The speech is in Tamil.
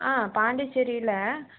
ஆ பாண்டிச்சேரியில